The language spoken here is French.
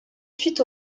suite